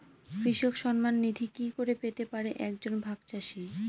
কৃষক সন্মান নিধি কি করে পেতে পারে এক জন ভাগ চাষি?